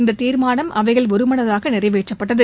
இந்ததீர்மானம் அவையில் ஒருமனதாகநிறைவேற்றப்பட்டது